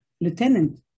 lieutenant